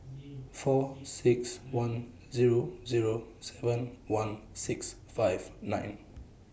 four six one Zero Zero seven one six five nine